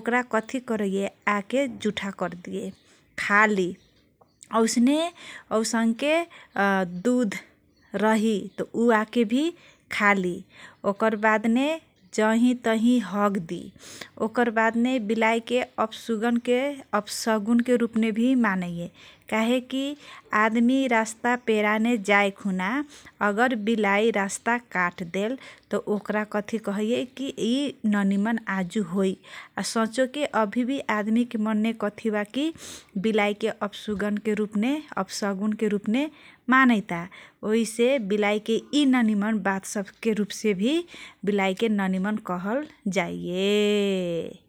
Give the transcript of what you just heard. ओक्रा कथि करैये आके जुठा कर्दिये खाली। ओसने औसन्के दुध रहि त उ आके भि खाली। ओकर बादने जहि तहि हग्दि । ओकर बादने बिलाइके अप्सुगनके अप्सगुनके रूपमे भि मानैये । काहे कि आदमि रास्ता पेरामे जाए खुना अगर बिलाई रस्ता काट्देल त ओक्रा कथि कहैये कि इ न निमन आजु होइ । आ सचोके अभि भि आदमिके मनमे कथि बा कि बिलाइके अप्सुगनके रुपये अप्सगुनके रूपमे मानैता ओहिसे बिलाइके इ न निमन बातके रूपसे भि बिलाइको न निमन कहल जाइये।